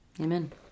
Amen